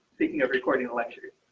speaking of recording electric